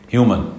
Human